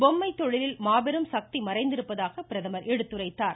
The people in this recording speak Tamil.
பொம்மை தொழிலில் மாபெரும் சக்தி மறைந்திருப்பதாக பிரதமர் எடுத்துரைத்தார்